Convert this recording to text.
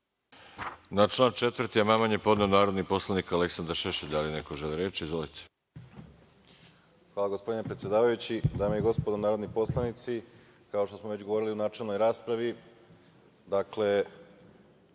Hvala, gospodine predsedavajući. Dame i gospodo narodni poslanici, kao što smo već govorili u načelnoj raspravi, naravno